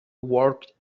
worked